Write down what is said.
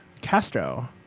Castro